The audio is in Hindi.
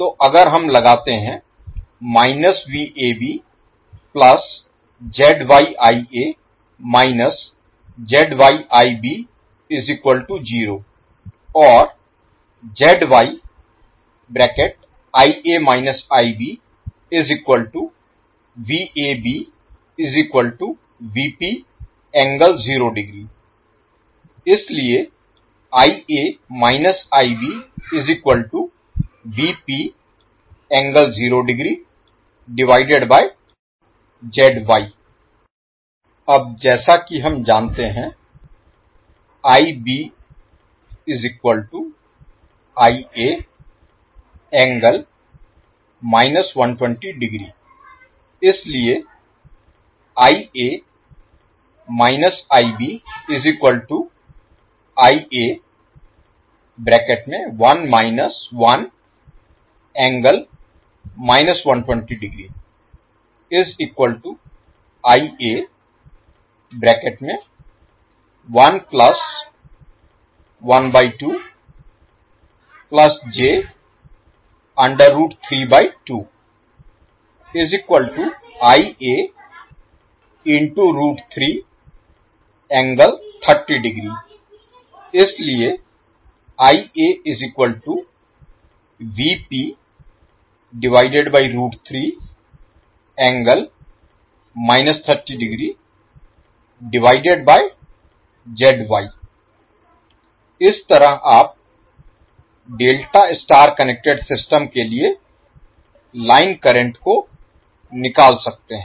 तो अगर हम लगाते हैं या इसलिए अब जैसा कि हम जानते हैं इसलिये इसलिये इस तरह आप डेल्टा स्टार कनेक्टेड सिस्टम के लिए लाइन करंट को निकाल सकते हैं